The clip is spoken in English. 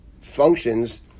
functions